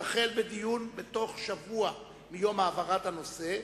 תחל בדיון בתוך שבוע מיום העברת הנושא,